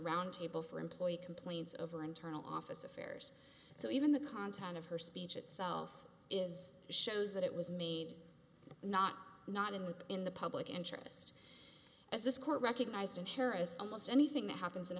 roundtable for employee complaints over internal office affairs so even the content of her speech itself is shows that it was made not not in with in the public interest as this court recognized in harris almost anything that happens in